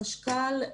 חשכ"ל,